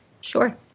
Sure